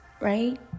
right